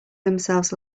themselves